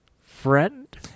friend